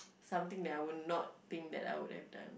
something that I would not think that I would have done